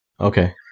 Okay